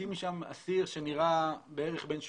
מוציאים משם אסיר שנראה בערך בן 80,